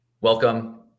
Welcome